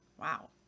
Wow